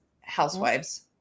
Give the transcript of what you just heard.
housewives